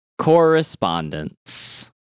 Correspondence